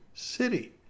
city